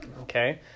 Okay